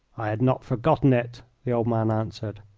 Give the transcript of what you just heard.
i had not forgotten it, the old man answered.